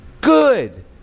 Good